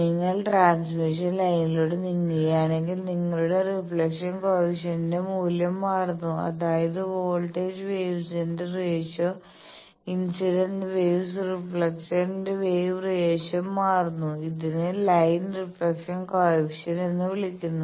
നിങ്ങൾ ട്രാൻസ്മിഷൻ ലൈനിലൂടെ നീങ്ങുകയാണെങ്കിൽ നിങ്ങളുടെ റിഫ്ളക്ഷൻ കോയെഫിഷ്യന്റിന്റെ മൂല്യം മാറുന്നു അതായത് വോൾട്ടേജ് വേവ്സിന്റെ ratio incident wave reflected wave ratio മാറുന്നു ഇതിനെ ലൈൻ റിഫ്ളക്ഷൻ കോയെഫിഷ്യന്റെ എന്ന് വിളിക്കുന്നു